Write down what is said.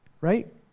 Right